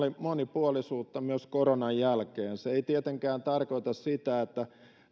monipuolisuutta myös koronan jälkeen se ei tietenkään tarkoita sitä että